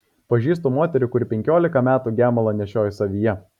pažįstu moterį kuri penkiolika metų gemalą nešiojo savyje